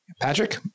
Patrick